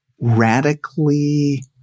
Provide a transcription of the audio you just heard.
radically